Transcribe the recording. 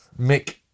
Mick